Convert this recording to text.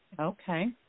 Okay